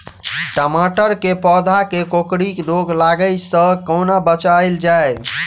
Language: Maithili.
टमाटर केँ पौधा केँ कोकरी रोग लागै सऽ कोना बचाएल जाएँ?